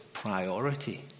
priority